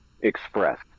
express